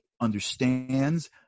understands